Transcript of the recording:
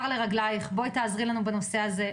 בואי תעזרי לנו בנושא הזה.